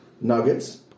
Nuggets